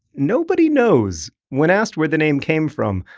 nobody knows. when asked where the name came from,